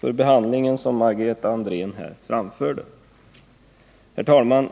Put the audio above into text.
för utskottets behandling av berörda ärenden som Margareta Andrén här framförde. Herr talman!